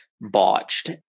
botched